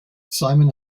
simon